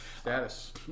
Status